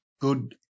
good